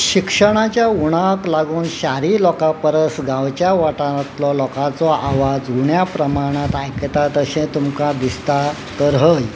शिक्षणाच्या उणावाक लागून शारी लोकां परस गांवच्या वाठारांतलो लोकांचो आवाज उण्या प्रमाणांत आयकतात अशें तुमकां दिसता तर हय